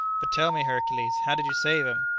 but tell me, hercules, how did you save him?